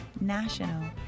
national